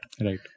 Right